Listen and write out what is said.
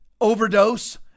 overdose